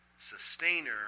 Sustainer